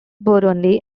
burundi